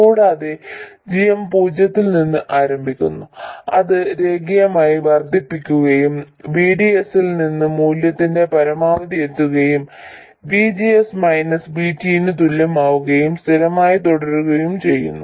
കൂടാതെ g m പൂജ്യത്തിൽ നിന്ന് ആരംഭിക്കുന്നു അത് രേഖീയമായി വർദ്ധിക്കുകയും VDS ൽ ഈ മൂല്യത്തിന്റെ പരമാവധി എത്തുകയും VGS മൈനസ് VT ന് തുല്യമാവുകയും സ്ഥിരമായി തുടരുകയും ചെയ്യുന്നു